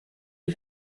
ich